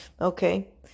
Okay